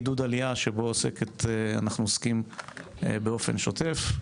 ידי עידוד עלייה שבו אנחנו עוסקים באופן שוטף.